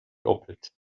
doppelt